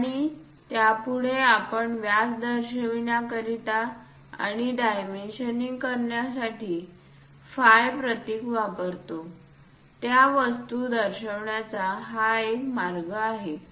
आणि त्यापुढे आपण व्यास दर्शविण्याकरीता आणि डायमेन्शनिंग करण्यासाठी फाय प्रतीक वापरतो त्या वस्तू दर्शविण्याचा हा एक मार्ग आहे